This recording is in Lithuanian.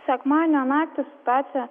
sekmadienio naktį situacija